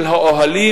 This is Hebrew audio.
של האוהלים,